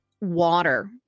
water